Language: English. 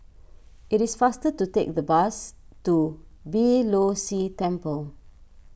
it is faster to take the bus to Beeh Low See Temple